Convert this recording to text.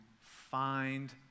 find